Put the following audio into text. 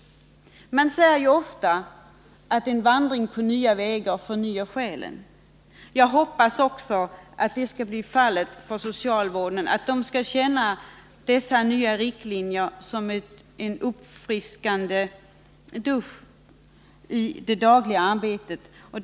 Man säger ofta att en vandring på nya vägar förnyar själen. Jag hoppas att det skall bli fallet för socialvården — att man där skall känna dessa nya riktlinjer som en uppfriskande dusch i det dagliga arbetet.